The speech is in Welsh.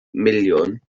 miliwn